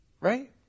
right